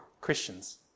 Christians